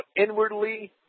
inwardly